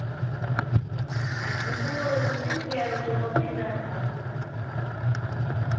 ᱟᱞᱮ ᱥᱮᱱ ᱫᱚ ᱵᱮᱥ ᱜᱮᱭᱟ ᱟᱫᱚ ᱵᱟᱯᱮ ᱦᱮᱡ ᱵᱟᱲᱟᱣ ᱠᱟᱱᱟ ᱟᱞᱮ ᱥᱮᱱ ᱫᱚ